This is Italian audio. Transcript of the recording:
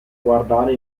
guardare